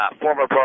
former